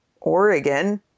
Oregon